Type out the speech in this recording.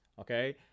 okay